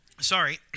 sorry